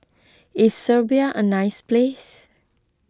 is Serbia a nice place